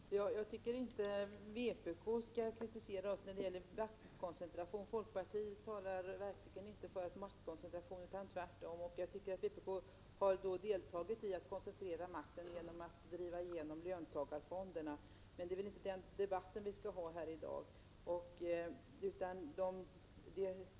Herr talman! Jag tycker inte vpk skall kritisera oss när det gäller maktkoncentration. Folkpartiet talar verkligen inte för maktkoncentration, tvärtom. Vpk har deltagit i att koncentrera makten genom att driva igenom löntagarfonderna. Men det är inte den debatten vi skall föra i dag.